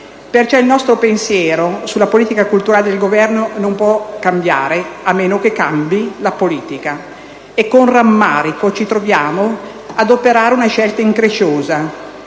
Pertanto il nostro pensiero sulla politica culturale del Governo non può cambiare, a meno che non cambi la politica e, con rammarico, ci troviamo ad operare una scelta incresciosa: